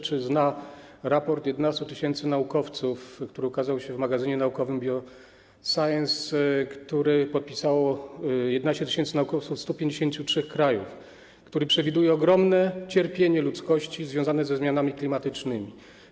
Czy zna pan raport 11 tys. naukowców, który ukazał się w magazynie naukowym „BioScience”, który podpisało 11 tys. naukowców ze 153 krajów, który przewiduje ogromne cierpienie ludzkości związane ze zmianami klimatycznymi?